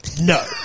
no